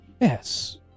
Yes